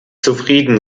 zufrieden